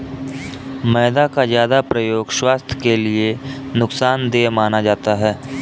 मैदा का ज्यादा प्रयोग स्वास्थ्य के लिए नुकसान देय माना जाता है